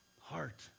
Heart